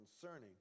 concerning